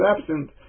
absent